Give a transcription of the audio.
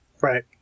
Right